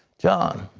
john?